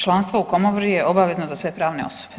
Članstvo u Komori je obavezno za sve pravne osobe.